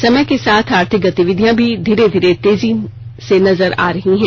समय के साथ आर्थिक गतिविधियों में भी धीरे धीरे तेजी नजर आ रही है